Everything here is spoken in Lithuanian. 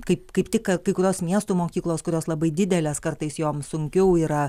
kaip kaip tik ką kai kurios miesto mokyklos kurios labai didelės kartais joms sunkiau yra